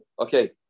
Okay